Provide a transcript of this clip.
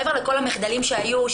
מעבר לכל המחדלים שהיו,